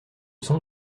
sont